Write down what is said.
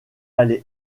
allé